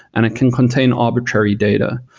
and can contain arbitrary data.